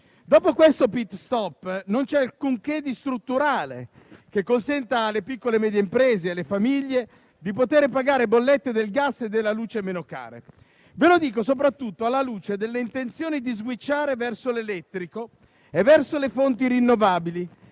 Dopo questo *pit stop* non c'è alcunché di strutturale che consenta alle piccole e medie imprese e alle famiglie di pagare bollette del gas e della luce meno care. Ve lo dico soprattutto alla luce delle intenzioni di switchare verso l'elettrico e verso le fonti rinnovabili,